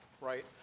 right